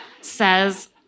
says